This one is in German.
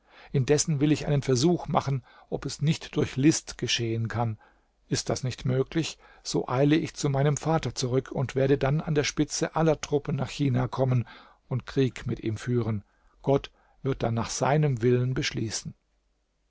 indessen will ich einen versuch machen ob es nicht durch list geschehen kann ist das nicht möglich so eile ich zu meinem vater zurück und werde dann an der spitze aller truppen nach china kommen und krieg mit ihm führen gott wird dann nach seinem willen beschließen